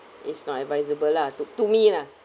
it's not advisable lah to to me lah